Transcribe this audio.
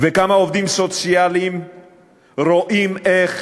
וכמה עובדים סוציאליים רואים איך